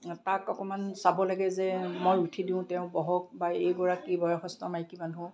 তাক অকণমান চাব লাগে যে মই উঠি দিওঁ তেওঁ বহক বা এইগৰাকী বয়সস্থ মাইকী মানুহ